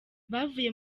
bavuye